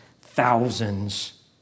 thousands